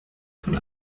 von